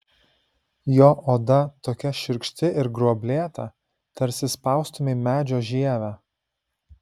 jo oda tokia šiurkšti ir gruoblėta tarsi spaustumei medžio žievę